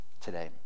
today